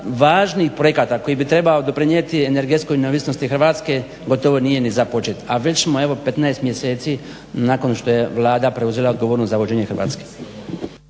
važnih projekata koji bi trebao doprinijeti energetskoj neovisnosti Hrvatske gotovo nije ni započet, a već smo evo 15 mjeseci nakon što je Vlada preuzela odgovornost za vođenje Hrvatske.